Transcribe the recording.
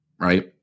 Right